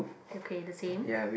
okay the same